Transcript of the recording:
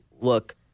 look